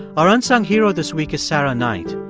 our unsung hero this week is sarah knight.